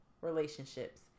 relationships